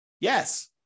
Yes